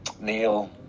Neil